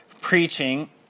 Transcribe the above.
preaching